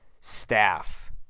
staff